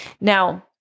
now